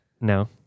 No